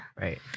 Right